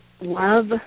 love